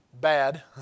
bad